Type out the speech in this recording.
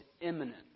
imminent